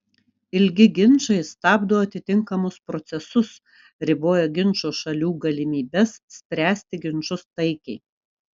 ilgi ginčai stabdo atitinkamus procesus riboja ginčo šalių galimybes spręsti ginčus taikiai